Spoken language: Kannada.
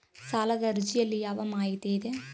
ಸಾಲದ ಅರ್ಜಿಯಲ್ಲಿ ಯಾವ ಮಾಹಿತಿ ಇದೆ?